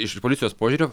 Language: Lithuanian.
iš policijos požiūrio